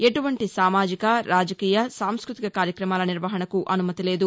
ఎటువంటి సామాజిక రాజకీయ సాంస్భృతిక కార్యక్రమాల నిర్వహణకు అనుమతి లేదు